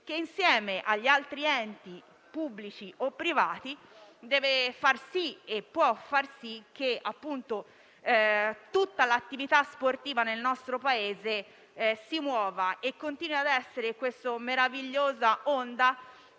che, insieme agli altri enti pubblici o privati, deve e può fare in modo che tutta l'attività sportiva nel nostro Paese continui a essere quella meravigliosa onda